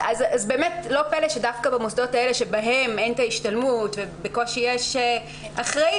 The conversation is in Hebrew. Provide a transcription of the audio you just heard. באמת לא פלא שדווקא במוסדות האלה שבהם אין השתלמות ובקושי יש אחראית,